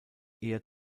eher